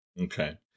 okay